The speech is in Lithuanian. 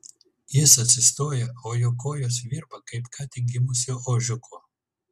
jis atsistoja o jo kojos virpa kaip ką tik gimusio ožiuko